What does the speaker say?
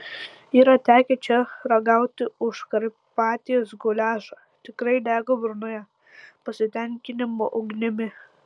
yra tekę čia ragauti užkarpatės guliašą tikrai dega burnoje pasitenkinimo ugnimi